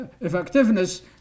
effectiveness